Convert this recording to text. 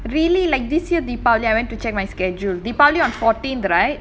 really like this year deepavali I went to check my schedule deepavali on fourteenth right